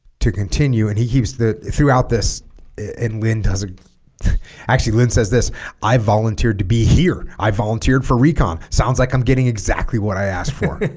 to continue and he keeps the throughout this and lynn doesn't actually lin says this i volunteered to be here i volunteered for recon sounds like i'm getting exactly what i asked for